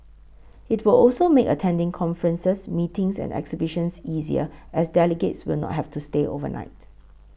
it will also make attending conferences meetings and exhibitions easier as delegates will not have to stay overnight